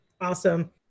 awesome